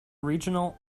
regional